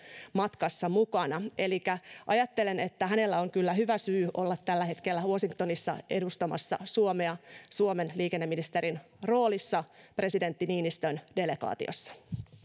matkassa mukana elikkä ajattelen että hänellä on kyllä hyvä syy olla tällä hetkellä washingtonissa edustamassa suomea suomen liikenneministerin roolissa presidentti niinistön delegaatiossa